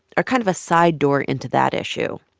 are kind of a side door into that issue.